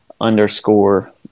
underscore